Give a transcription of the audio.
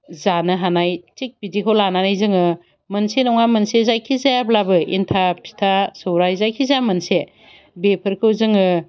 जानो हानाय थिक बिदिखौ लानानै जोङो मोनसे नङा मोनसे जायखि जायाब्लाबो एनथाब फिथा सौराय जायखि जाया मोनसे बेफोरखौ जोङो